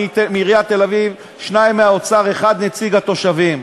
מעיריית תל-אביב, שניים מהאוצר ואחד נציג התושבים.